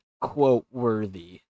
quote-worthy